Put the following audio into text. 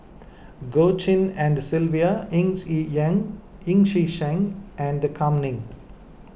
Goh Tshin and Sylvia Ng Sheng and Kam Ning